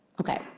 Okay